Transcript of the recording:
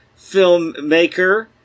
filmmaker